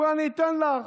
בואי אני אתן לך.